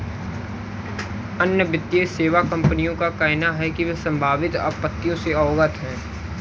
अन्य वित्तीय सेवा कंपनियों का कहना है कि वे संभावित आपत्तियों से अवगत हैं